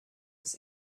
was